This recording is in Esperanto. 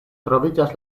troviĝas